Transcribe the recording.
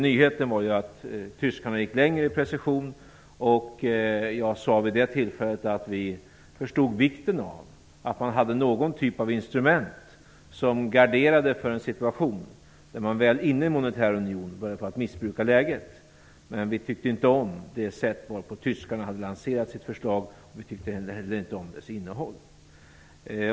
Nyheten var att tyskarna gick längre i precision. Jag sade vid det tillfället att vi förstod vikten av att man hade någon typ av instrument som garderade för en situation där man väl inne i den monetära unionen började missbruka läget. Men vi tyckte inte om det sätt varpå tyskarna hade lanserat sitt förslag, och vi tyckte heller inte om dess innehåll.